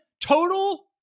total